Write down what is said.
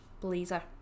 blazer